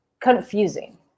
confusing